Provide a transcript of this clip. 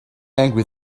angry